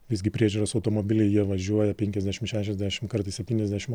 visgi priežiūros automobiliai jie važiuoja penkiasdešim šešiasdešim kartais septyniasdešim